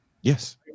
Yes